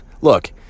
look